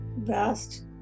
vast